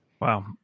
Wow